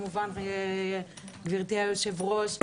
גברתי היושבת-ראש,